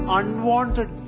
unwanted